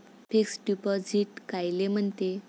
Fix deposit कायले म्हनते?